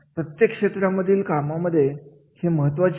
प्रत्येक क्षेत्रांमधील कामांमध्ये हे महत्त्वाचे